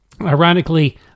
Ironically